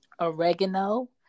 Oregano